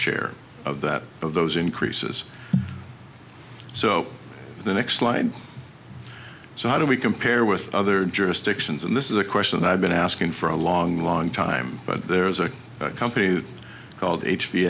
share of that of those increases so the next line so how do we compare with other jurisdictions and this is a question i've been asking for a long long time but there's a company that called h